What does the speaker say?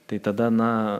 tai tada na